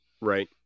Right